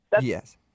Yes